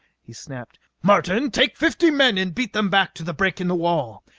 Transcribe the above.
he snapped. martin, take fifty men and beat them back to the break in the wall.